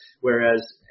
Whereas